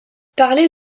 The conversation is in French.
parler